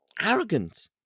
Arrogant